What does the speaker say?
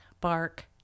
bark